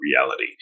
Reality